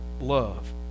love